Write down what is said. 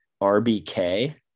RBK